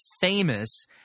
famous